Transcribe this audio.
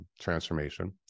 transformation